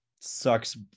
sucks